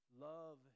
Love